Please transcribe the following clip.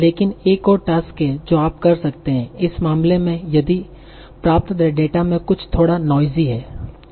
लेकिन एक और टास्क है जो आप कर सकते हैं इस मामले में यदि प्राप्त डाटा में कुछ थोड़ा नोइज़ी है